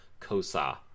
Kosa